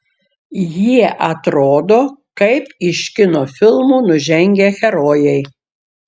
jie atrodo kaip iš kino filmų nužengę herojai